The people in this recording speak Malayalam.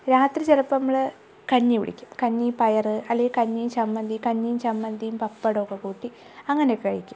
രാത്രി ചിലപ്പം നമ്മൾ കഞ്ഞി കുടിക്കും കഞ്ഞി പയർ അല്ലെങ്കിൽ കഞ്ഞി ചമ്മന്തി കഞ്ഞീം ചമ്മന്തീം പപ്പടോം ഒക്കെ കൂട്ടി അങ്ങനെ കഴിക്കും